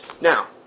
Now